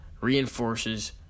reinforces